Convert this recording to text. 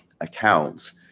accounts